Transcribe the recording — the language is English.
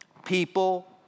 people